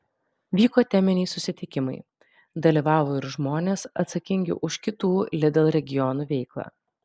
vyko teminiai susitikimai dalyvavo ir žmonės atsakingi už kitų lidl regionų veiklą